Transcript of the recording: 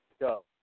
go